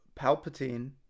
Palpatine